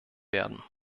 werden